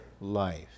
Life